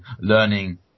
learning